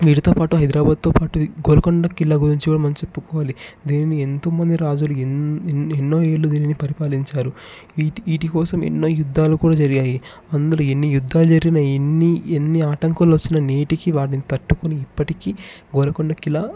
వీటితో పాటు హైదరాబాద్లో పాటు గోల్కొండ ఖిల్లా గురించి కూడా మనం చెప్పుకోవాలి దీనిని ఎంతోమంది రాజులు ఎన్నో ఏళ్లు దీనిని పరిపాలించారు వీటి కోసం ఎన్నో యుద్ధాలు కూడా జరిగాయి అందులో ఎన్ని యుద్ధాలు జరిగినా ఎన్ని ఎన్ని ఆటంకులు వచ్చిన నేటికి వాటిని ఇప్పటికీ గోల్కొండ కిల